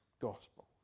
gospel